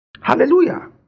Hallelujah